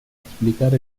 explicar